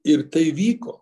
ir tai vyko